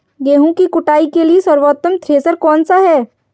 गेहूँ की कुटाई के लिए सर्वोत्तम थ्रेसर कौनसा है?